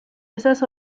esas